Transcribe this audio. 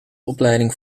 opleiding